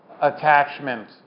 attachment